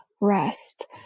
rest